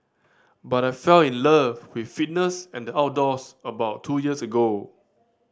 but I fell in love with fitness and the outdoors about two years ago